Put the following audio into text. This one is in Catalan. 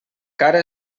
cara